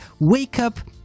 wakeup